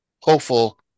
hopeful